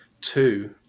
Two